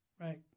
Right